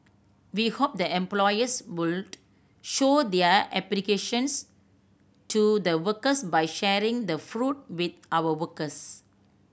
we hope the employers would show their applications to the workers by sharing the fruit with our workers